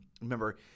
Remember